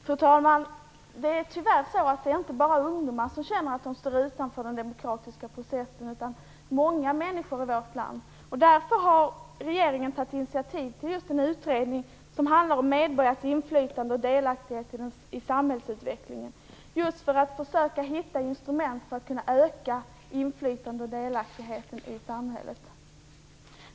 Fru talman! Det är tyvärr så att det inte bara är ungdomar som känner att de står utanför den demokratiska processen. Det gäller många människor i vårt land. Därför har regeringen tagit initiativ till en utredning som handlar om medborgarnas inflytande och delaktighet i samhällsutvecklingen. Det har man gjort för att försöka hitta ett instrument för att kunna öka inflytandet och delaktigheten i samhället.